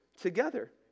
together